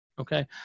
okay